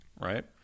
right